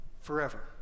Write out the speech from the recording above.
forever